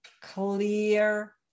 clear